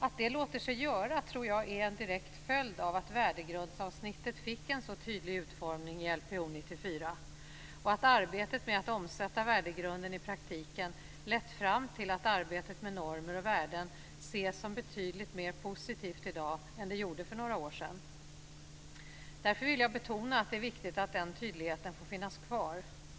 Att det låter sig göra tror jag är en direkt följd av att värdegrundsavsnittet fick en så tydlig utformning i Lpo 94 och att arbetet med att omsätta värdegrunden i praktiken lett fram till att arbetet med normer och värden ses som betydligt mer positivt i dag än det gjorde för några år sedan. Därför vill jag betona att det är viktigt att den tydligheten får finnas kvar.